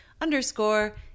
underscore